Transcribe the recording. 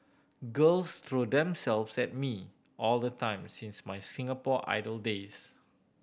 girls throw themselves at me all the time since my Singapore Idol days